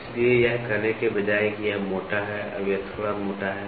इसलिए यह कहने के बजाय कि यह मोटा है अब यह थोड़ा मोटा है